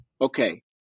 Okay